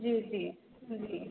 जी जी जी